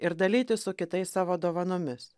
ir dalytis su kitais savo dovanomis